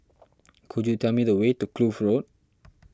could you tell me the way to Kloof Road